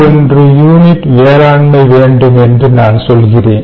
1 unit வேளாண்மை வேண்டும் என்று நான் சொல்கிறேன்